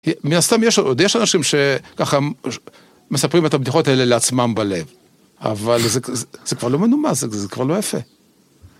מן הסתם יש אנשים שככה מספרים את הבדיחות האלה לעצמם בלב, אבל זה כבר לא מנומס, זה כבר לא יפה.